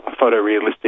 photorealistic